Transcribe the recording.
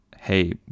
hey